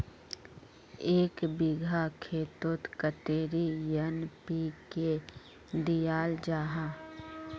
एक बिगहा खेतोत कतेरी एन.पी.के दियाल जहा?